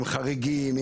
עם חריגים,